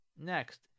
Next